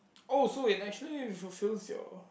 oh so it actually fulfils your